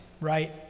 right